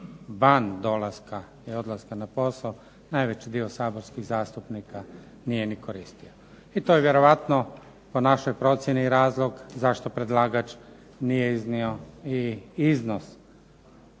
van dolaska i odlaska na posao. Najveći dio saborskih zastupnika nije ni koristio. I to je vjerojatno po našoj procjeni razlog zašto predlagač nije iznio i iznos